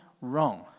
wrong